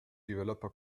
developer